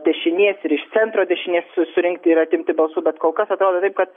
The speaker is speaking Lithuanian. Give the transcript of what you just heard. dešinės ir iš centro dešinės su surinkti ir atimti balsų bet kol kas atrodo taip kad